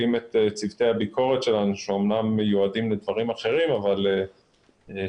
ביקורות בשירותים הציבוריים בכל הארץ,